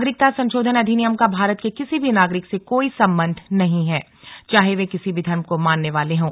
नागरिकता संशोधन अधिनियम का भारत के किसी भी नागरिक से कोई संबंध नहीं है चाहे वे किसी भी धर्म को मानने वाले हों